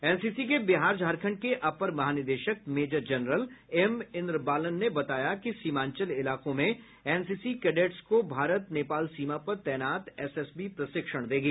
NCC के बिहार झारखंड के अपर महानिदेशक मेजर जनरल एम इन्द्रबालन ने बताया कि सीमांचल इलाकों में एनसीसी कैडेट्स को भारत नेपाल सीमा पर तैनात एसएसबी प्रशिक्षण देगी